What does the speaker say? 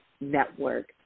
network